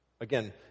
Again